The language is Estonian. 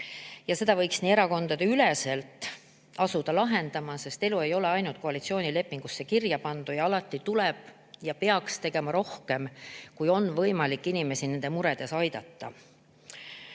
Seda võiks erakondadeüleselt asuda lahendama, sest elu ei ole ainult koalitsioonilepingusse kirjapandu. Alati tuleb ja peab tegema rohkem, kui on võimalik inimesi nende muredes aidata.